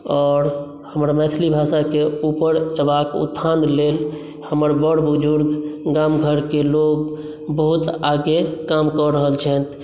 आओर हमर मैथिली भाषाके ऊपर अयबाक उत्थान लेल हमर बड़ बुजुर्ग गाम घरके लोक बहुत आगाँ काम कऽ रहल छथि